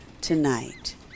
tonight